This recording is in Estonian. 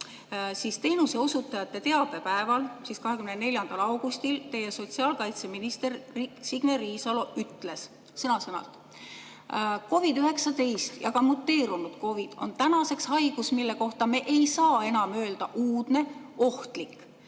seda, teenuseosutajate teabepäeval, 24. augustil ütles teie sotsiaalkaitseminister Signe Riisalo sõna-sõnalt, et COVID-19 ja ka muteerunud COVID-19 on tänaseks haigus, mille kohta me ei saa enam öelda "uudne, ohtlik".